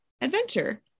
adventure